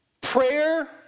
prayer